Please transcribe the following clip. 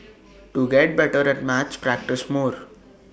to get better at maths practise more